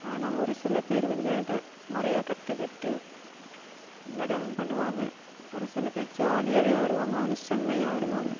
ஆனால் ஒரு சில பேர் வந்து அதை முறையாக கற்றுக்கிட்டு நடனம் பண்ணுவாங்க ஒரு சில பேர் ஜாலியாகவே ஆடுவாங்க ஆனால் செம்மையாக ஆடுவாங்க